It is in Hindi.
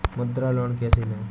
मुद्रा लोन कैसे ले?